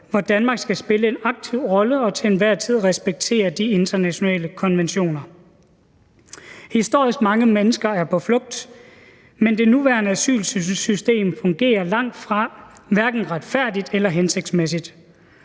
hvor Danmark skal spille en aktiv rolle og til enhver tid respektere de internationale konventioner. Historisk mange mennesker er på flugt. Men det nuværende asylsystem fungerer langt fra hverken retfærdigt eller hensigtsmæssigt.